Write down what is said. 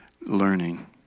learning